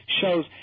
shows